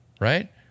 right